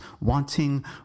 wanting